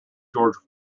george